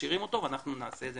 ומכשירים אותו ואנחנו נעשה את זה